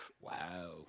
wow